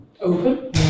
open